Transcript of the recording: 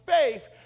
faith